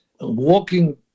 walking